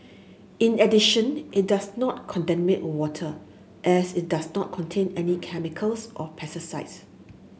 in addition it does not contaminate water as it does not contain any chemicals or pesticides